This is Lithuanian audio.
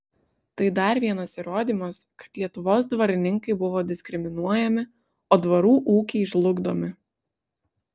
tai dar vienas įrodymas kad lietuvos dvarininkai buvo diskriminuojami o dvarų ūkiai žlugdomi